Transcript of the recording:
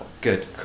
Good